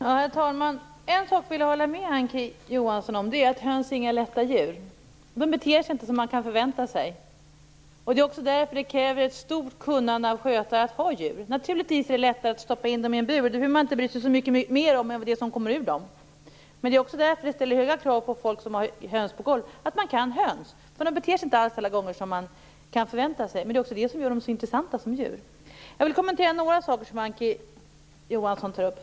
Herr talman! En sak vill jag hålla med Ann Kristine Johansson om, och det är att höns inte är några lätta djur. De beter sig inte som man kan förvänta sig. Det också därför som det kräver ett stort kunnande hos skötare för att ha djur. Naturligtvis är det lättare att stoppa in dem i en bur. Då behöver man inte bry sig så om mycket mer än det som kommer ur dem. Det är också därför som det ställs höga krav på människor som har höns på golv att de kan höns. De beter sig inte alls alla gånger som man kan förvänta sig. Men det är också det som gör dem så intressanta som djur. Jag vill kommentera några saker som Ann Kristine Johansson tog upp.